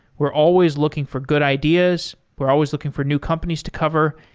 we're always looking for good ideas. we're always looking for new companies to cover,